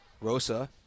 Rosa